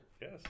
Yes